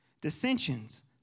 dissensions